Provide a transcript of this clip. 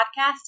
podcast